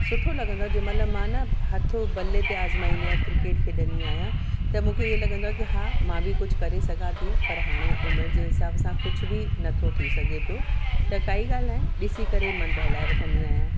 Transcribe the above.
सुठो लॻंदो आहे जेमहिल मां न हथ बल्ले ते आज़माईंदी आहियां क्रिकेट खेॾंदी आहियां त मूंखे इहे लॻंदो आहे की हा मां बि कुझु करे सघां थी पर हाणे उमिरि जे हिसाब सां कुझु बि नथो थी सघे पियो त काई ॻाल्हि न आहे ॾिसी करे ई मनु बहिलाए वठंदी आहियां